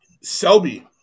Selby